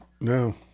no